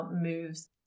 moves